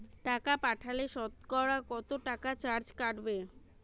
টাকা পাঠালে সতকরা কত টাকা চার্জ কাটবে?